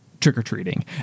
trick-or-treating